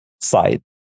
side